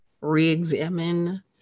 re-examine